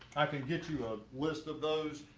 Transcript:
i can get you a list of those.